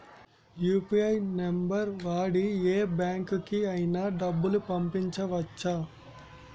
UPI number వాడి యే బ్యాంకుకి అయినా డబ్బులు పంపవచ్చ్చా?